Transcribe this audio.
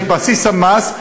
את בסיס המס,